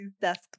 desk